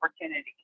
opportunity